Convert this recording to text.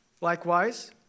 Likewise